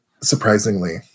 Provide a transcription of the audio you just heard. Surprisingly